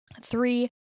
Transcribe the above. Three